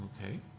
Okay